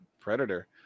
Predator